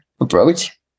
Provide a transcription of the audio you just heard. approach